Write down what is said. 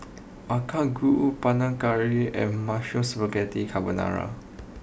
Makchang Gui Panang Curry and Mushroom Spaghetti Carbonara